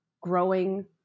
growing